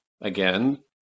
again